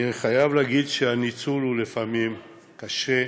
אני חייב להגיד שהניצול הוא לפעמים קשה,